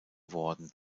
worden